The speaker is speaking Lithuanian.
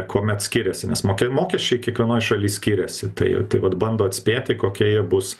kuomet skiriasi nes mokė mokesčiai kiekvienoj šaly skiriasi tai tai vat bando atspėti kokie jie bus